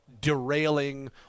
derailing